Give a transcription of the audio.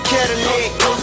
Cadillac